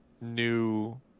new